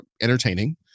entertaining